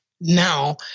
now